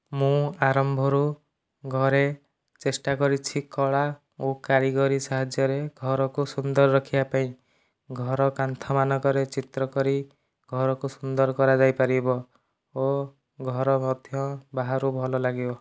ମୁଁ ଆରମ୍ଭରୁ ଘରେ ଚେଷ୍ଟା କରିଛି କଳା ଓ କାରିଗରୀ ସାହାଯ୍ୟରେ ଘରକୁ ସୁନ୍ଦର ରଖିବା ପାଇଁ ଘର କାନ୍ଥମାନଙ୍କରେ ଚିତ୍ର କରି ଘରକୁ ସୁନ୍ଦର କରାଯାଇପାରିବ ଓ ଘର ମଧ୍ୟ ବାହାରୁ ଭଲ ଲାଗିବ